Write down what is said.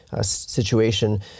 situation